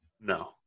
No